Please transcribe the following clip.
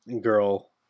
girl